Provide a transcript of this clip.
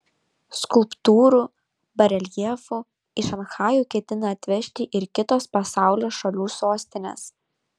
skulptūrų bareljefų į šanchajų ketina atvežti ir kitos pasaulio šalių sostinės